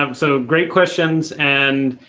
um so, great questions and